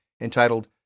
entitled